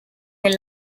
del